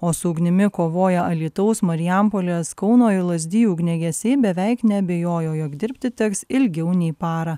o su ugnimi kovoję alytaus marijampolės kauno ir lazdijų ugniagesiai beveik neabejojo jog dirbti teks ilgiau nei parą